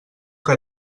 que